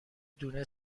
دونه